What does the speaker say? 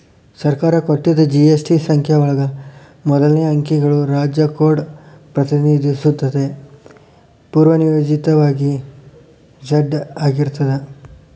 ಸರ್ಕಾರ ಕೊಟ್ಟಿದ್ ಜಿ.ಎಸ್.ಟಿ ಸಂಖ್ಯೆ ಒಳಗ ಮೊದಲನೇ ಅಂಕಿಗಳು ರಾಜ್ಯ ಕೋಡ್ ಪ್ರತಿನಿಧಿಸುತ್ತದ ಪೂರ್ವನಿಯೋಜಿತವಾಗಿ ಝೆಡ್ ಆಗಿರ್ತದ